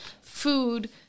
food